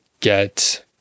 get